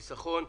חיסכון,